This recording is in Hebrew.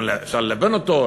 אפשר ללבן אותו,